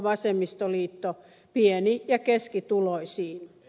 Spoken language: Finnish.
vasemmistoliitto pieni ja keskituloisiin